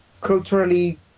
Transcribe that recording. culturally